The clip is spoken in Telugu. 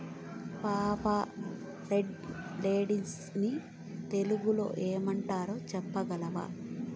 పాపా, రెడ్ లెన్టిల్స్ ని తెలుగులో ఏమంటారు చెప్పగలవా